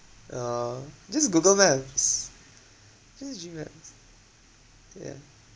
oh just google maps just G maps yeah